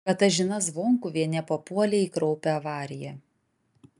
katažina zvonkuvienė papuolė į kraupią avariją